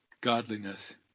godliness